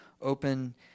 open